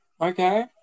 okay